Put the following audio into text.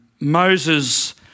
Moses